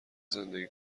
زندگی